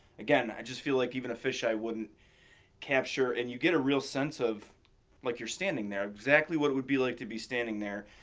again i just feel like even a fish eye wouldn't capture and you get a real sense of what like you're standing there exactly what would be like to be standing there.